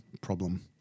problem